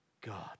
God